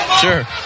Sure